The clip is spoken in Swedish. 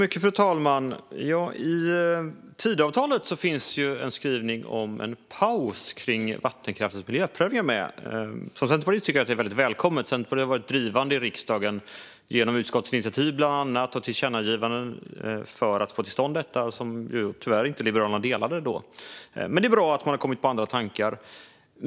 Fru talman! I Tidöavtalet finns det en skrivning om en paus när det gäller vattenkraftens miljöprövningar. Från Centerpartiet tycker vi att det är väldigt välkommet. Centerpartiet har varit drivande i riksdagen, bland annat genom utskottsinitiativ och tillkännagivanden, för att få till stånd detta, vilket Liberalerna tyvärr inte stödde då. Men det är bra att de har kommit på andra tankar.